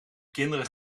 kinderen